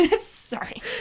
sorry